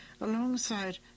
alongside